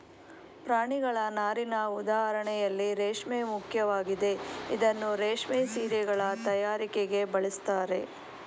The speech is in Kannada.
ಪ್ರಾಣಿಗಳ ನಾರಿನ ಉದಾಹರಣೆಯಲ್ಲಿ ರೇಷ್ಮೆ ಮುಖ್ಯವಾಗಿದೆ ಇದನ್ನೂ ರೇಷ್ಮೆ ಸೀರೆಗಳ ತಯಾರಿಕೆಗೆ ಬಳಸ್ತಾರೆ